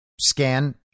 scan